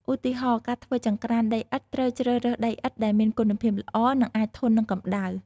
ឧទាហរណ៍ ការធ្វើចង្ក្រានដីឥដ្ឋ ត្រូវជ្រើសរើសដីឥដ្ឋដែលមានគុណភាពល្អ និងអាចធន់នឹងកម្ដៅ។